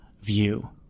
view